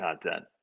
content